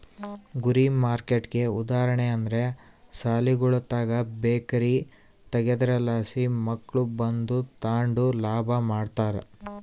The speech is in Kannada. ಗುರಿ ಮಾರ್ಕೆಟ್ಗೆ ಉದಾಹರಣೆ ಅಂದ್ರ ಸಾಲಿಗುಳುತಾಕ ಬೇಕರಿ ತಗೇದ್ರಲಾಸಿ ಮಕ್ಳು ಬಂದು ತಾಂಡು ಲಾಭ ಮಾಡ್ತಾರ